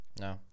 No